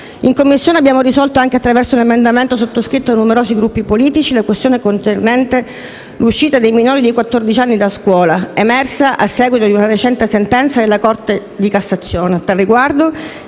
In Commissione abbiamo risolto, attraverso un emendamento sottoscritto da numerosi Gruppi politici, la questione concernente l'uscita dei minori di quattordici anni da scuola, emersa a seguito di una recente sentenza della Corte di cassazione.